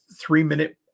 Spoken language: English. three-minute